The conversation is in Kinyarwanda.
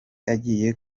agiye